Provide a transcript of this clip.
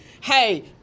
Hey